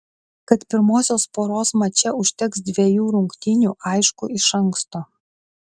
kad pirmosios poros mače užteks dvejų rungtynių aišku iš anksto